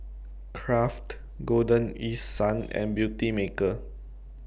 Kraft Golden East Sun and Beautymaker